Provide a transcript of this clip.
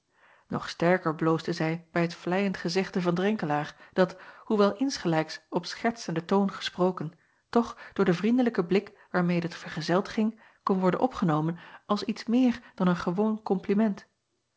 og sterker bloosde zij bij het vleiend gezegde van renkelaer dat hoewel insgelijks op schertsenden toon gesproken toch door den vriendelijken blik waarmede het vergezeld ging kon worden opgenomen als iets meer dan een gewoon kompliment